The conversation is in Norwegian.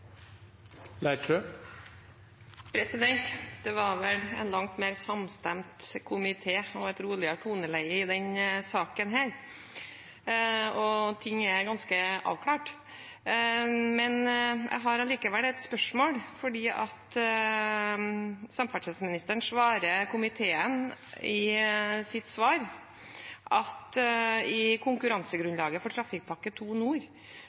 replikkordskifte. Det var en langt mer samstemt komité og et roligere toneleie i denne saken, og ting er ganske avklart. Jeg har likevel et spørsmål, fordi samferdselsministeren sier i sitt svar til komiteen at i